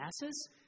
masses